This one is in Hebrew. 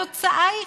התוצאה,